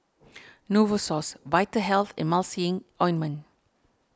Novosource Vitahealth Emulsying Ointment